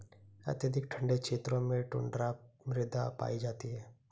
अत्यधिक ठंडे क्षेत्रों में टुण्ड्रा मृदा पाई जाती है